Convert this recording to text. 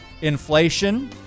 inflation